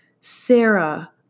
Sarah